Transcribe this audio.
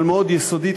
אבל מאוד יסודית,